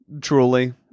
truly